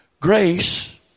Grace